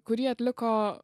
kurį atliko